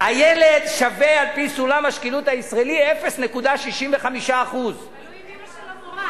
הילד שווה על-פי סולם השקילות הישראלי 0.65. תלוי אם אמא שלו מורה.